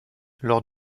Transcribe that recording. lors